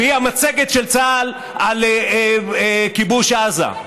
והיא המצגת של צה"ל על כיבוש עזה.